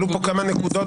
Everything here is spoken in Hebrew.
עלו כאן כמה נקודות.